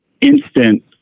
instant